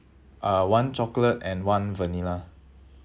uh one chocolate and one vanilla